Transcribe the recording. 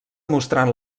mostrant